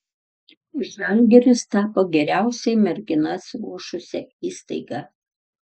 žalgiris tapo geriausiai merginas ruošusia įstaiga